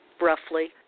roughly